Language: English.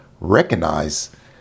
recognize